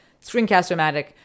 Screencast-O-Matic